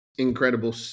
incredible